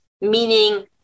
meaning